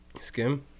Skim